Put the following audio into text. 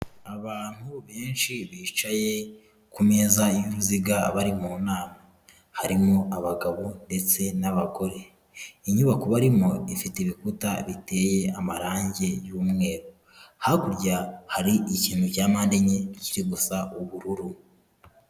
Abantu benshi bicaye ku meza y'uruziga bari mu nama, harimo abagabo ndetse n'abagore, inyubako barimo ifite ibikuta biteye amarangi y'umweru, hakurya hari ikintu cya mande enye kiri gusa ubururu.